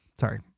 sorry